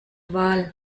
wahl